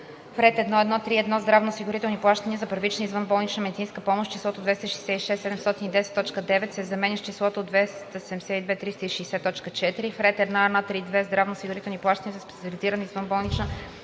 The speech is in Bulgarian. ред 1.1.3.1 здравноосигурителни плащания за първична извънболнична медицинска помощ числото „266 710,9“ се заменя с числото „272 360,4“; 2. в ред 1.1.3.2. здравноосигурителни плащания за специализирана извънболнична медицинска помощ